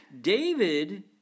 David